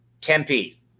Tempe